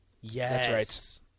Yes